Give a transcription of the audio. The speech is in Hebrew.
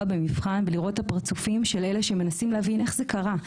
במבחן ולראות את אלו שמנסים להבין איך זה קרה,